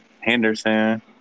Henderson